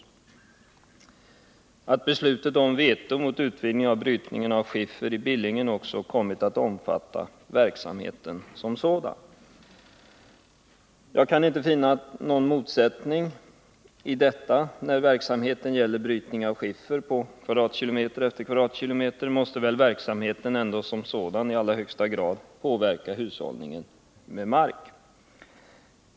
Vidare sägs att beslutet om veto mot utvidgningen av brytningen av skiffer i Billingen också kommit att omfatta verksamheten som sådan. Jag kan inte finna någon motsättning i detta. När verksamheten gäller brytning av skiffer kvadratkilometer efter kvadratkilometer, måste väl verksamheten som sådan i allra högsta grad påverka markhushållningen.